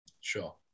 Sure